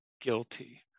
guilty